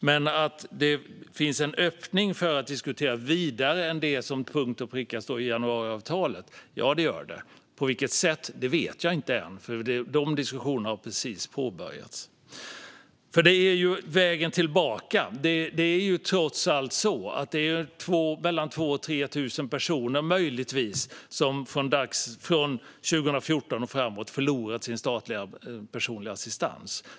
Det finns dock en öppning för att diskutera vidare än det som till punkt och pricka står i januariavtalet. På vilket sätt vet jag inte ännu, för dessa diskussioner har precis påbörjats. När det gäller vägen tillbaka är det trots allt mellan 2 000 och 3 000 personer, möjligtvis, som från 2014 och framåt har förlorat sin statliga personliga assistans.